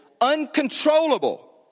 uncontrollable